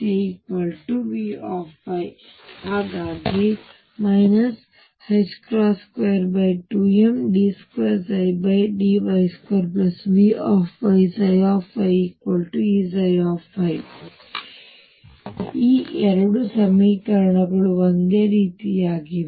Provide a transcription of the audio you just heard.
ಈಗ V V ಹಾಗಾಗಿ 22md2dy2VyyEψy ಈಗ ಈ 2 ಸಮೀಕರಣಗಳು ಒಂದೇ ರೀತಿಯಾಗಿವೆ